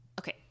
okay